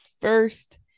first